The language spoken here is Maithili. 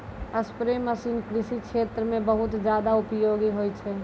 स्प्रे मसीन कृषि क्षेत्र म बहुत जादा उपयोगी होय छै